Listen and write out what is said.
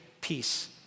peace